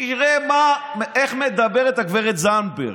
תראה איך מדברת גב' זנדברג,